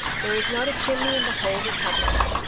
there is not a chimney in the whole republic.